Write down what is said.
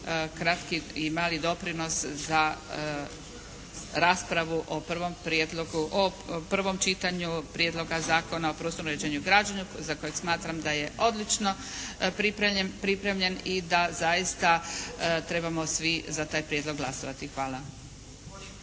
kratki i mali doprinos za raspravu o prvom prijedlogu, o prvom čitanju Prijedloga zakona o prostornom uređenju i građenju za kojeg smatram da je odlično pripremljen i da zaista trebamo svi za taj prijedlog glasovati. Hvala.